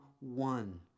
one